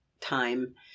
time